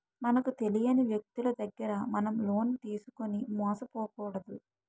మనకు తెలియని వ్యక్తులు దగ్గర మనం లోన్ తీసుకుని మోసపోకూడదు